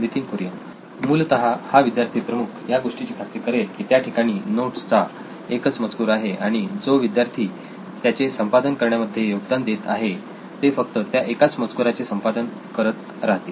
नितीन कुरियन मूलतः हा विद्यार्थीप्रमुख या गोष्टीची खात्री करेल की त्या ठिकाणी नोट्सचा एकच मजकूर आहे आणि जे विद्यार्थी त्याचे संपादन करण्यामध्ये योगदान देत आहेत ते फक्त त्या एकाच मजकुराचे संपादन करत राहतील